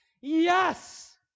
Yes